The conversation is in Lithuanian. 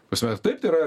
ta prasme ir taip tai yra